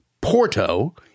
Porto